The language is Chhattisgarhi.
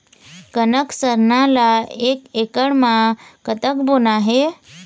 कनक सरना ला एक एकड़ म कतक बोना हे?